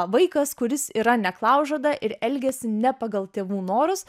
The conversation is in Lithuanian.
vaikas kuris yra neklaužada ir elgiasi ne pagal tėvų norus